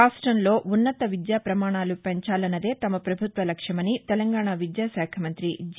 రాష్ట్రంలో ఉన్నత విద్యాప్రమాణాలు పెంచాలన్నదే తమ పభుత్వ లక్ష్యమని తెలంగాణ విద్యా శాఖ మంతి జి